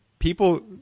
People